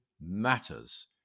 matters